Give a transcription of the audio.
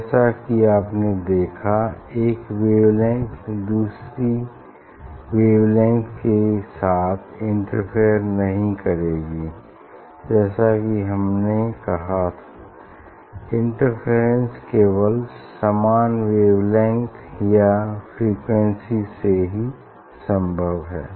जैसा की आपने देखा एक वेव लेंग्थ दूसरी वेव लेंग्थ के साथ इंटरफेयर नहीं करेगी जैसा कि हमने कहा इंटरफेरेंस केवल समान वेवलेंग्थ या फ्रीक्वेंसी से ही संभव है